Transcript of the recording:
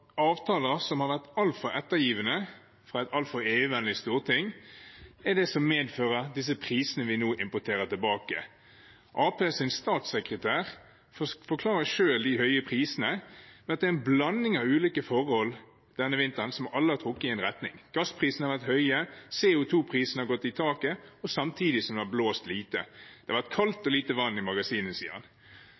fra et altfor EU-vennlig storting som har vært altfor ettergivende, er det som medfører disse prisene vi nå importerer. Arbeiderpartiets statssekretær forklarer selv de høye prisene med at det er en blanding av ulike forhold denne vinteren som alle har trukket i én retning. Gassprisene har vært høye, CO 2 -prisene har gått i taket, samtidig som det har blåst lite. Det har vært kaldt og lite vann i